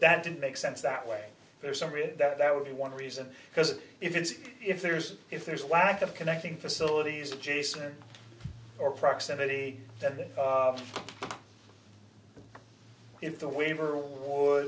that didn't make sense that way there's some really that would be one reason because if it's if there's if there's a lack of connecting facilities adjacent or proximity then if the waiver or